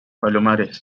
palomares